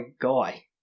guy